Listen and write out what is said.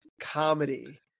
comedy